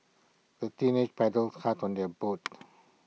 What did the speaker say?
the teenagers paddled hard on their boat